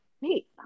wait